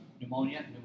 pneumonia